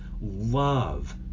love